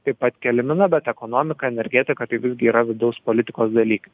taip pat keliami na bet ekonomika energetika tai visgi yra vidaus politikos dalykai